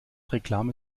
reklame